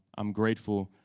i'm grateful.